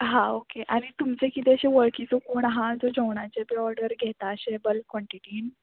हां ओके आनी तुमचें किदें अशें वळखीचो कोण आहा जो जेवणाचे बी ऑर्डर घेता अशें बल्क क्वन्टिटीन